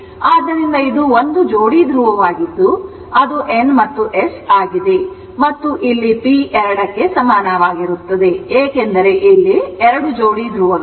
ಆದ್ದರಿಂದ ಇದು 1 ಜೋಡಿ ಧ್ರುವವಾಗಿದ್ದು ಅದು N ಮತ್ತು S ಆಗಿದೆ ಮತ್ತು ಇಲ್ಲಿ p 2 ಕ್ಕೆ ಸಮನಾಗಿರುತ್ತದೆ ಏಕೆಂದರೆ 2 ಜೋಡಿ ಧ್ರುವಗಳು ಇವೆ